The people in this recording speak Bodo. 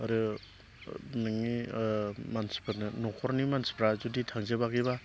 आरो नोंनि मानसिफोरनो न'खरनि मानसिफ्रा जुदि थांजोबाखैब्ला